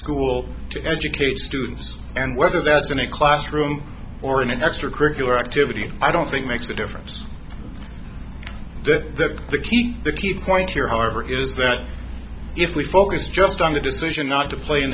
school to educate students and whether that's in a classroom or in an extracurricular activity i don't think makes a difference did the key the key point here however is that if we focus just on the decision not to play in